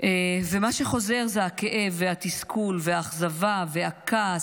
ומה שחוזר הוא הכאב, התסכול, האכזבה והכעס,